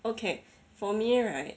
okay for me right